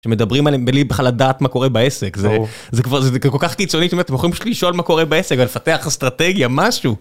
שמדברים הבדלים בלי בכלל לדעת מה קורה בעסק זה כבר זה כל כך קיצוני אתם יכולים לשאול מה קורה בעסק או לפתח אסטרטגיה משהו.